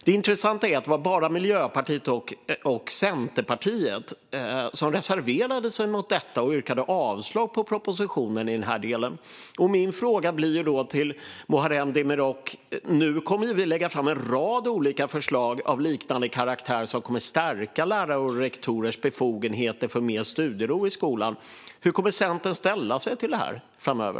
Det intressanta är att det bara var Miljöpartiet och Centerpartiet som reserverade sig mot detta och yrkade avslag på propositionen i denna del. Jag har en fråga till Muharrem Demirok. Nu kommer vi att lägga fram en rad olika förslag av liknande karaktär som kommer att stärka lärares och rektorers befogenheter för mer studiero i skolan. Hur kommer Centern att ställa sig till detta framöver?